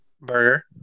Burger